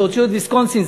שהוציאו את ויסקונסין,